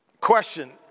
Question